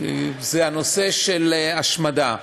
זה הנושא של השמדה.